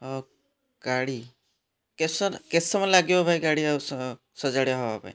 ହଉ ଗାଡ଼ି କେତେ ସ କେତେ ସମୟ ଲାଗିବ ଭାଇ ଗାଡ଼ି ଆଉ ସଜଡ଼ା ହେବା ପାଇଁ